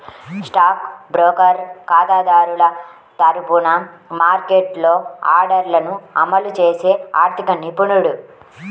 stock broker ఖాతాదారుల తరపున మార్కెట్లో ఆర్డర్లను అమలు చేసే ఆర్థిక నిపుణుడు